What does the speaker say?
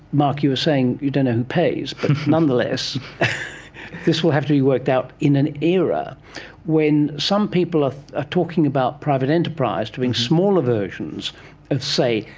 mark, you were saying you don't know who pays but nonetheless this will have to be worked out in an era when some people are ah talking about private enterprise, doing smaller versions of, say,